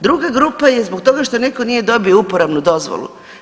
Druga grupa je zbog toga što netko nije dobio uporabnu dozvolu.